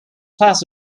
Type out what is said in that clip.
class